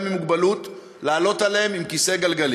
עם מוגבלות לעלות עליהם עם כיסא גלגלים,